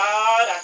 God